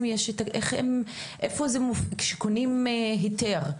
כשקונים היתר,